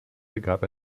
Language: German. begab